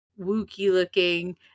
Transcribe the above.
wookie-looking